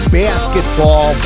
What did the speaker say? basketball